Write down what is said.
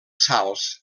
salts